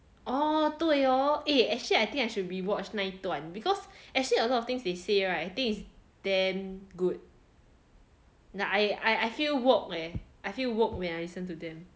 orh 对 hor eh actually I think I should re-watch 那一段 because actually a lot of things they say right I think is damn good like I I feel woke leh I feel woke when I listen to them